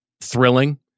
thrilling